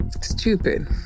stupid